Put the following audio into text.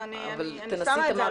אבל תנסי להתמקד,